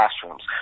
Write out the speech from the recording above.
classrooms